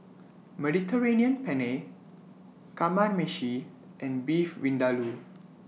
Mediterranean Penne Kamameshi and Beef Vindaloo